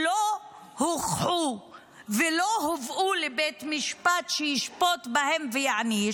שלא הוכחו ולא הובאו לבית משפט שישפוט בהן ויעניש